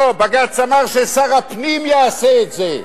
לא, בג"ץ אמר ששר הפנים יעשה את זה,